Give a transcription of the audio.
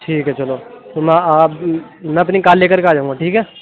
ٹھیک ہے چلو تو میں آپ میں اپنی کار لے کر کے آجاؤں گا ٹھیک ہے